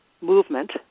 movement